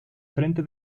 frente